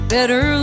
Better